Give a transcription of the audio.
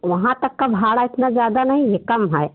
वहाँ तक का भाड़ा इतना ज़्यादा नहीं है कम है